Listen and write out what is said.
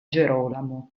gerolamo